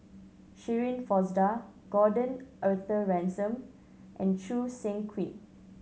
Shirin Fozdar Gordon Arthur Ransome and Choo Seng Quee